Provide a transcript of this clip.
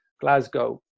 Glasgow